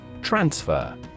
Transfer